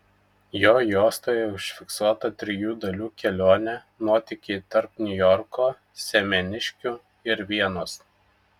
jo juostoje užfiksuota trijų dalių kelionė nuotykiai tarp niujorko semeniškių ir vienos